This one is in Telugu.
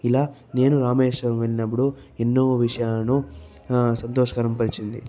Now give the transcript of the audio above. ఇలా నేను రామేశ్వరం వెళ్ళినప్పుడు ఎన్నో విషయాలు సంతోషకరం పరిచింది